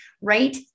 right